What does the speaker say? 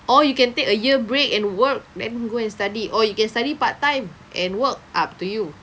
or you can take a year break and work then go and study or you can study part time and work up to you